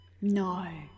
No